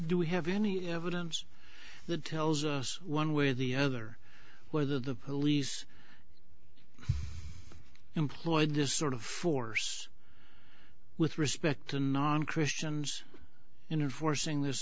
do we have any evidence that tells us one way or the other whether the police employed just sort of force with respect to non christians in forcing this